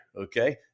okay